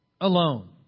alone